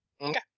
Okay